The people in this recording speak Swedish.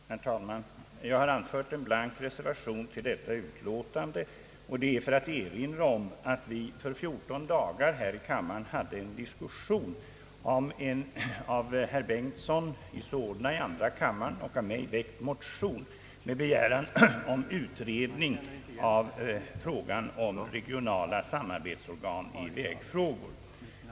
Herr talman! Jag har anfört en blank reservation till detta utskottsutlåtande för att erinra om att vi för 14 dagar sedan hade en diskussion här i kammaren om en av herr Bengtson i Solna i andra kammaren och av mig väckt motion med begäran om utredning av frågan om regionala samarbetsorgan i vägfrågor.